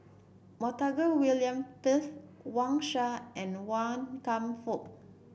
Montague William Pett Wang Sha and Wan Kam Fook